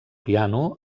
piano